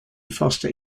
foster